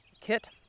kit